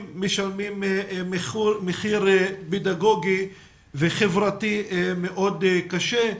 משלמים מחיר פדגוגי וחברתי מאוד קשה.